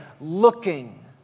looking